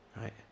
Right